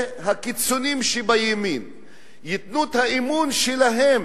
שהקיצונים שבימין ייתנו את האמון שלהם